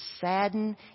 sadden